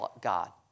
God